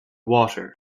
water